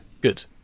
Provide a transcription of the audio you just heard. Good